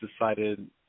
decided